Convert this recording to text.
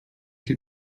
się